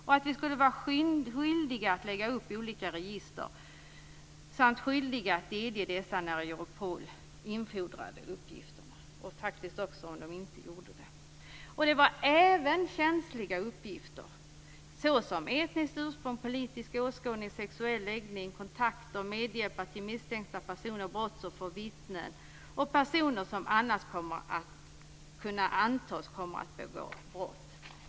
Vidare skulle vi vara skyldiga att lägga upp olika register och att delge dessa när Europol infordrar uppgifter - och faktiskt även om man inte gjort det. Det gällde även känsliga uppgifter såsom uppgifter om etniskt ursprung, politisk åskådning, sexuell läggning, kontakter och medhjälp beträffande misstänkta personer, brottsoffer och vittnen samt personer som annars kan antas kommer att begå brott.